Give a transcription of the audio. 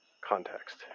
context